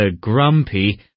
Grumpy